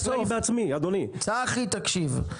רגע, תקשיב עד הסוף.